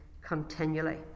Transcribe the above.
continually